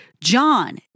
John